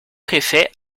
préfet